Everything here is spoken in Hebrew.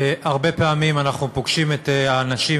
הרבה פעמים אנחנו פוגשים את האנשים